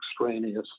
extraneous